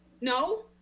No